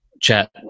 chat